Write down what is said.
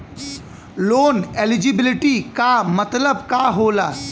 Loan eligibility का मतलब का होला?